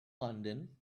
london